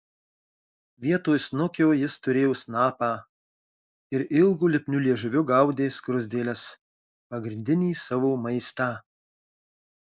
vietoj snukio jis turėjo snapą ir ilgu lipniu liežuviu gaudė skruzdėles pagrindinį savo maistą